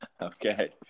Okay